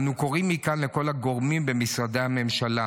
אנו קוראים מכאן לכל הגורמים במשרדי הממשלה